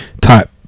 type